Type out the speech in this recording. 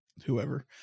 Whoever